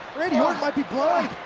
randy orton might be blind.